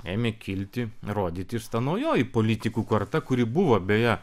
ėmė kilti rodytis ta naujoji politikų karta kuri buvo beje